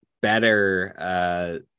better